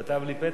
הוא כתב לי פתק,